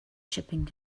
shipping